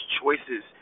choices